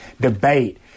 debate